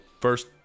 first